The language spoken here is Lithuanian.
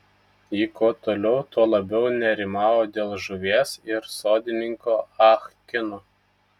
ji kuo toliau tuo labiau nerimavo dėl žuvies ir sodininko ah kino